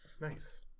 Nice